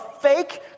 fake